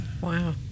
Wow